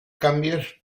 cambios